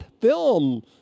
film